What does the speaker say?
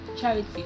charity